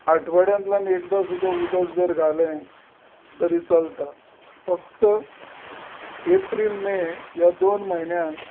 आठवड्यांतल्यान एकदां सुद्दा उदक जर घालें तरी चलता फक्त एप्रील मे ह्या दोन म्हयन्याक